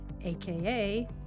AKA